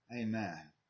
Amen